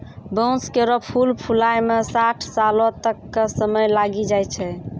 बांस केरो फूल फुलाय म साठ सालो तक क समय लागी जाय छै